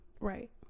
Right